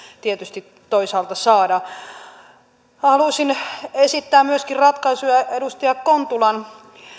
tietysti toisaalta saada haluaisin esittää myöskin ratkaisuja edustaja kontulan